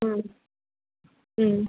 ம் ம்